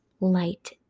light